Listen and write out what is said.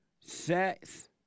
sex